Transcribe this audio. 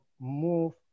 move